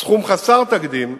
סכום חסר תקדים שמאפשר,